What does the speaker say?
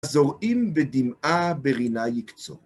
זורעים בדמעה ברינה יקצור.